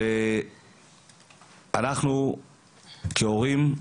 אנחנו כהורים,